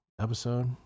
episode